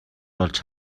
болж